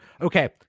Okay